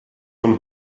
von